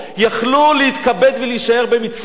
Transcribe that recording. יכלו להתכבד ולהישאר במצרים.